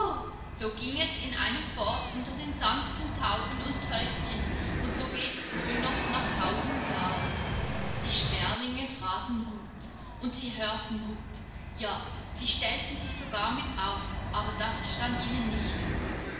so ging es in einem fort unter den sanften tauben und täubchen und so geht es wohl noch nach tausend jahren die sperlinge fraßen gut und sie hörten gut ja sie stellten sich sogar mit auf aber das stand ihnen nicht gut